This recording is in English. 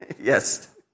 Yes